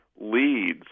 leads